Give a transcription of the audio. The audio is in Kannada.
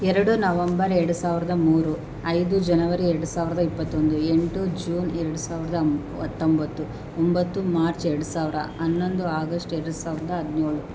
ಎರಡು ನವಂಬರ್ ಎರ್ಡು ಸಾವಿರ್ದ ಮೂರು ಐದು ಜನವರಿ ಎರ್ಡು ಸಾವಿರ್ದ ಇಪ್ಪತ್ತೊಂದು ಎಂಟು ಜೂನ್ ಎರ್ಡು ಸಾವಿರ್ದ ಹತ್ತೊಂಬತ್ತು ಒಂಬತ್ತು ಮಾರ್ಚ್ ಎರ್ಡು ಸಾವಿರ ಹನ್ನೊಂದು ಆಗಷ್ಟ್ ಎರ್ಡು ಸಾವಿರ್ದ ಹದ್ನೇಳು